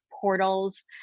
portals